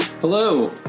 Hello